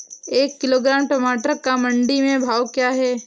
एक किलोग्राम टमाटर का मंडी में भाव क्या है?